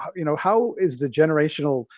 you know, how is the generational?